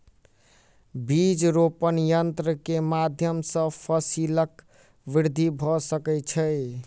बीज रोपण यन्त्र के माध्यम सॅ फसीलक वृद्धि भ सकै छै